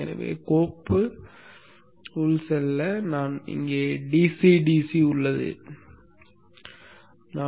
நாம் இந்த fileக்குள் சென்று இங்கு ஒரு DC DC இருப்பதால் அதை சேமிப்போம்